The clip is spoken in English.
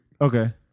Okay